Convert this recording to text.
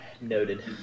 Noted